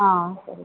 ஆ சரி